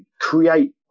create